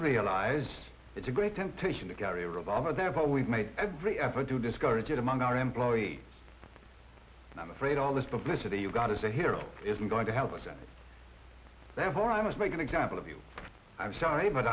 realized it's a great temptation to carry a revolver there but we've made every effort to discourage it among our employees i'm afraid all this publicity you've got as a hero isn't going to help us and therefore i must make an example of you i'm sorry but